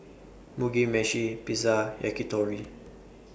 Mugi Meshi Pizza and Yakitori